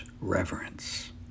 reverence